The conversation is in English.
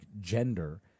gender